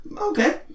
okay